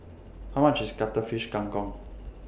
How much IS Cuttlefish Kang Kong